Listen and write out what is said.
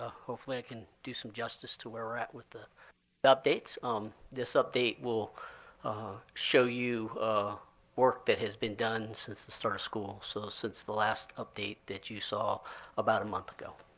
ah hopefully i can do some justice to where we're at with the the updates. um this update will ah show you work that has been done since the start of school. so since the last update that you saw about a month ago.